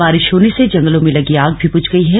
बारिश होने से जंगलों में लगी आग भी बुझ गई है